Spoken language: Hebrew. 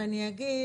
ואני אגיד